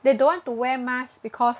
they don't want to wear masks because